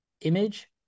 image